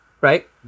Right